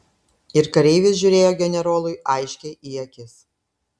ir kareivis žiūrėjo generolui aiškiai į akis